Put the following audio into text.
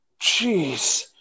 Jeez